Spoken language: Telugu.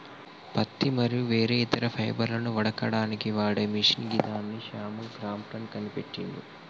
పత్తి మరియు వేరే ఇతర ఫైబర్లను వడకడానికి వాడే మిషిన్ గిదాన్ని శామ్యుల్ క్రాంప్టన్ కనిపెట్టిండు